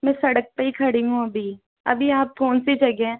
मैं सड़क पर ही खड़ी हूँ अभी अभी आप कौन सी जगह है